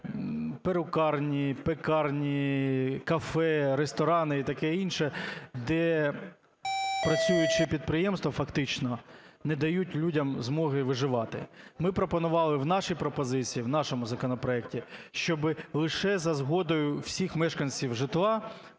перукарні, пекарні, кафе, ресторани і таке інше, де працюючі підприємства фактично не дають людям змоги виживати. Ми пропонували в нашій пропозиції, в нашому законопроекті, щоб лише за згодою всіх мешканців житла